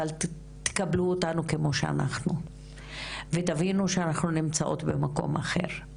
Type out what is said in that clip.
אבל תקבלו אותנו כמו שאנחנו ותבינו שאנחנו נמצאות במקום אחר,